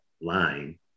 line